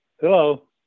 Hello